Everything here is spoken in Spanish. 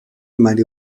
maría